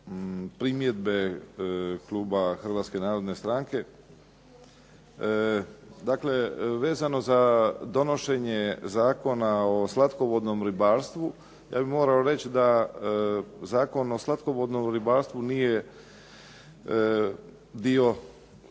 primjedbe kluba Hrvatska narodne stranke. Dakle vezano za donošenje Zakona o slatkovodnom ribarstvu, ja bih morao reći da Zakon o slatkovodnom ribarstvu nije dio